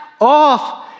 off